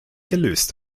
gelöst